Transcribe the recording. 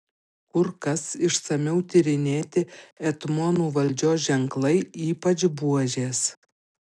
kur kas išsamiau tyrinėti etmonų valdžios ženklai ypač buožės